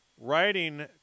writing